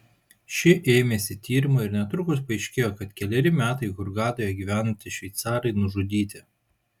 ši ėmėsi tyrimo ir netrukus paaiškėjo kad keleri metai hurgadoje gyvenantys šveicarai nužudyti